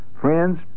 Friends